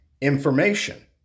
information